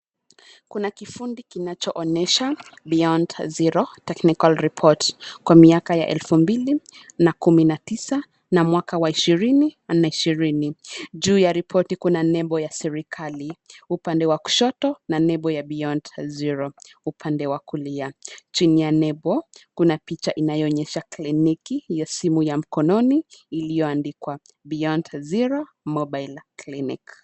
Kuna kifundi kinachoonyesha, Beyond Zero Technical Report, kwa miaka ya elfu mbili, na kumi na tisa, na mwaka wa ishirini na ishirini, juu ya ripoti kuna nembo ya serikali, upande wa kushoto na nembo ya Beyond Zero, upande wa kulia, chini ya nembo, kuna picha inayoonyesha kliniki ya simu ya mkononi, iliyoandikwa Beyond Zero Mobile Clinic.